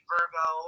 Virgo